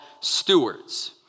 Stewards